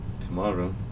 tomorrow